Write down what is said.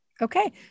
Okay